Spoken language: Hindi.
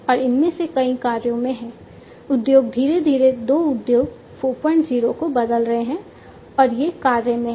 और इनमें से कई कार्यों में हैं उद्योग धीरे धीरे दो उद्योग 40 को बदल रहे हैं और ये कार्य में हैं